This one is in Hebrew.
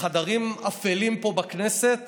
בחדרים אפלים פה בכנסת